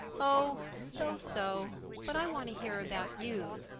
oh, so-so. but i want to hear about you.